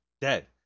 dead